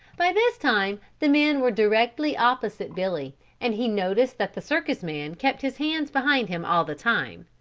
by this time the men were directly opposite billy and he noticed that the circus-man kept his hands behind him all the time,